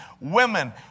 Women